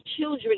children